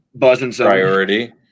priority